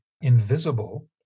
invisible